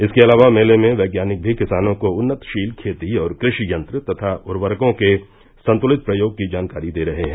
इसके अलावा मेले में वैज्ञानिक भी किसानों को उन्नतशील खेती और कृषि यंत्र तथा उर्वरकों के संतुलित प्रयोग की जानकारी दे रहे हैं